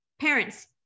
Parents